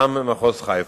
מטעם מחוז חיפה.